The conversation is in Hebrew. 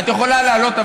את יכולה לעלות,